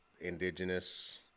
Indigenous